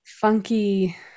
funky